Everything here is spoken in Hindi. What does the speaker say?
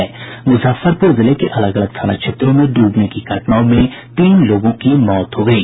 मुजफ्फरपुर जिले के अलग अलग थाना क्षेत्रों में डूबने की घटनाओं में तीन लागों की मौत हो गयी